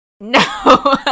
No